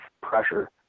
pressure